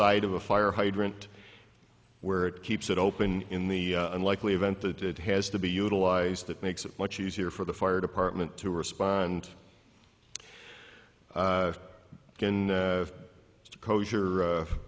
side of a fire hydrant where it keeps it open in the unlikely event that it has to be utilized that makes it much easier for the fire department to respond